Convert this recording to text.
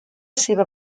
seva